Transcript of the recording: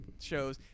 shows